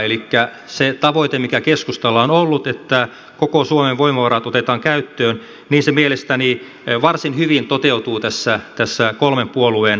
elikkä se tavoite mikä keskustalla on ollut että koko suomen voimavarat otetaan käyttöön mielestäni varsin hyvin toteutuu tässä kolmen puolueen hallituksessa